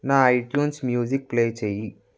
నా iTunes music play చేయి